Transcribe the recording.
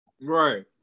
Right